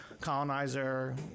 colonizer